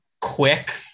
quick